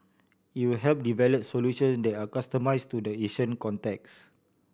it will help develop solution that are customised to the Asian context